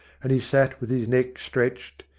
and he sat with his neck stretched,